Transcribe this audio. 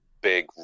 big